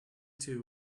two